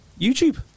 YouTube